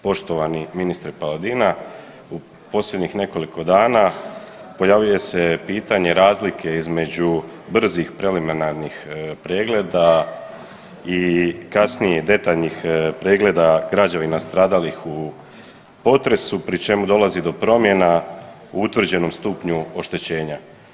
Poštovani ministre Paladina u posljednjih nekoliko dana pojavljuje se pitanje razlike između brzih preliminarnih pregleda i kasnije detaljnih pregleda građevina stradalih u potresu pri čemu dolazi do promjena u utvrđenom stupnju oštećenja.